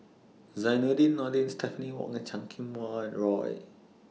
Zainudin Nordin Stephanie Wong and Chan Kum Wah Roy